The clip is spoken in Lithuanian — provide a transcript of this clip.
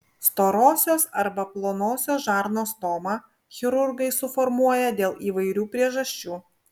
storosios arba plonosios žarnos stomą chirurgai suformuoja dėl įvairių priežasčių